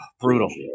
brutal